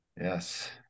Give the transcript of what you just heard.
Yes